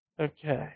Okay